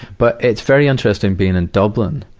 but, it's very interesting being in dublin,